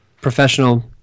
professional